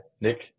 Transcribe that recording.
Nick